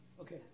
Okay